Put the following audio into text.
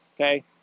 Okay